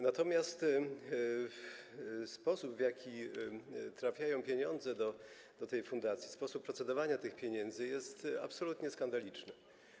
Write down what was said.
Natomiast sposób, w jaki trafiają pieniądze do tej fundacji, sposób procedowania co do tych pieniędzy jest absolutnie skandaliczny.